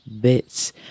bits